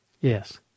Yes